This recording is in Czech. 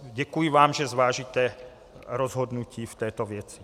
Děkuji vám, že zvážíte rozhodnutí v této věci.